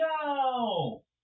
go